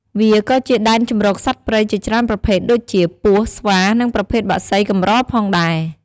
វាក៏ជាដែនជម្រកសត្វព្រៃជាច្រើនប្រភេទដូចជា ពស់ ស្វា និងប្រភេទបក្សីកម្រផងដែរ។